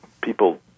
people